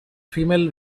female